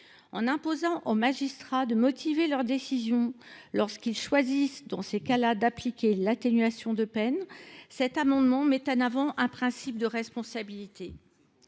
à imposer aux magistrats de motiver leur décision lorsqu’ils choisissent d’appliquer l’atténuation de peine, cet amendement met en avant un principe de responsabilité.